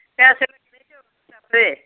पैसे लग्गने पैसे लग्गने न